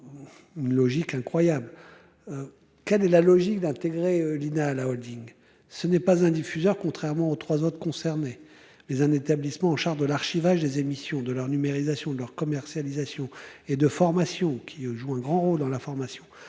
Une logique incroyable. Quelle est la logique d'intégrer l'INA. La Holding. Ce n'est pas un diffuseur contrairement aux 3 autres concernés les un établissement en charge de l'archivage des émissions de la numérisation de leur commercialisation et de formation qui joue un grand rôle dans la formation